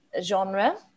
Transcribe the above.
genre